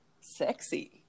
sexy